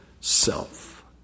self